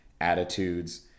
attitudes